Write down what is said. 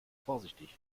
vorsichtig